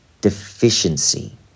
deficiency